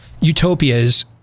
utopias